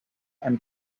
and